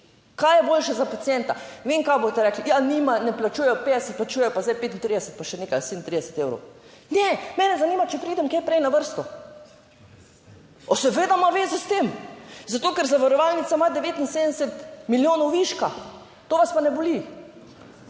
Kaj je boljše za pacienta? Kaj boste rekli? Ja nima, ne plačujejo 50, plačujejo pa zdaj 35 pa še nekaj 37 evrov. Mene zanima, če pridem kaj prej na vrsto. Seveda ima vezo s tem, zato ker zavarovalnica ima 79 milijonov viška. To vas pa ne boli.